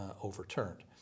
overturned